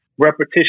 repetition